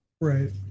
Right